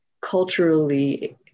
culturally